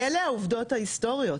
אלה העובדות ההיסטוריות,